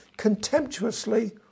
contemptuously